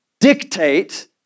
dictate